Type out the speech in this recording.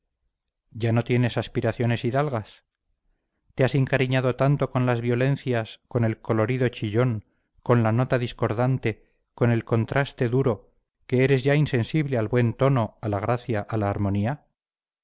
ya no tienes aspiraciones hidalgas te has encariñado tanto con las violencias con el colorido chillón con la nota discordante con el contraste duro que eres ya insensible al buen tono a la gracia a la armonía